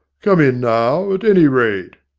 come in now, at any rate.